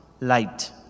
light